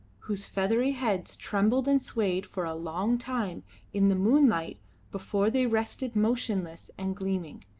whose feathery heads trembled and swayed for a long time in the moonlight before they rested motionless and gleaming,